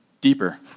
deeper